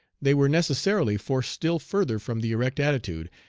they were necessarily forced still further from the erect attitude,